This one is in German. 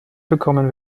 bekommen